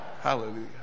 Hallelujah